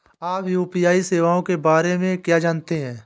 आप यू.पी.आई सेवाओं के बारे में क्या जानते हैं?